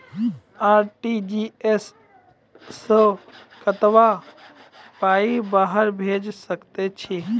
RTGS सअ कतबा पाय बाहर भेज सकैत छी?